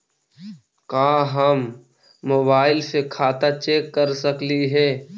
का हम मोबाईल से खाता चेक कर सकली हे?